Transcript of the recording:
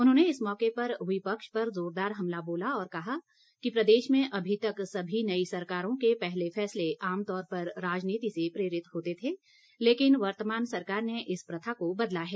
उन्होंने इस मौके पर विपक्ष पर जोरदार हमला बोला और कहा कि प्रदेश में अभी तक सभी नई सरकारों के पहले फैसले आमतौर पर राजनीति से प्रेरित होते थे लेकिन वर्तमान सरकार ने इस प्रथा को बदला है